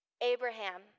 Abraham